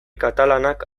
katalanak